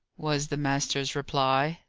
was the master's reply,